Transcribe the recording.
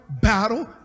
Battle